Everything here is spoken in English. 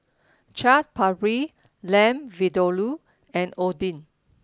Chaat Papri Lamb Vindaloo and Oden